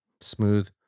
Smooth